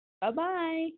Bye-bye